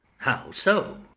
how so?